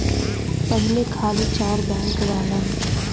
पहिले खाली चार बैंकन रहलन